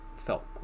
felt